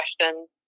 questions